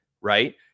Right